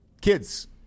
Kids